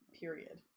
Period